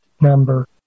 number